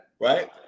Right